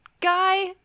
guy